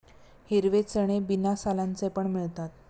हिरवे चणे बिना सालांचे पण मिळतात